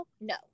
No